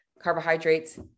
carbohydrates